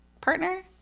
partner